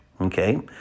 Okay